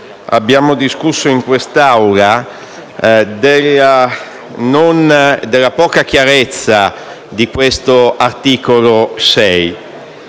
abbiamo discusso in quest'Aula della poca chiarezza dell'articolo 6.